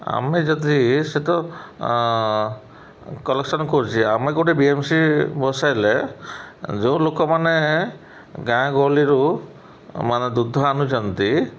ଆମେ ଯଦି ସେ ତ କଲେକ୍ସନ୍ କରୁଛେ ଆମେ ଗୋଟେ ବି ଏମ୍ ସି ବସାଇଲେ ଯେଉଁ ଲୋକମାନେ ଗାଁ ଗହଳିରୁ ମାନେ ଦୁଧ ଆଣୁଛନ୍ତି